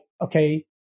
okay